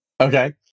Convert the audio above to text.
Okay